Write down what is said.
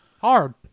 hard